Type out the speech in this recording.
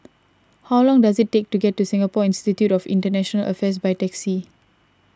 how long does it take to get to Singapore Institute of International Affairs by taxi